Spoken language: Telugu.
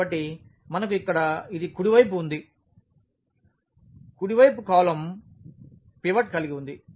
కాబట్టి మనకు ఇక్కడ ఇది కుడి వైపు ఉంది కుడివైపు కాలమ్ పివట్ కలిగి ఉంది